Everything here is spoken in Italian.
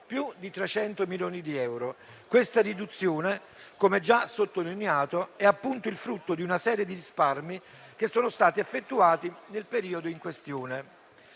più di 300 milioni di euro): questa riduzione, come già sottolineato, è, per l'appunto, il frutto di una serie di risparmi che sono stati effettuati nel periodo in questione.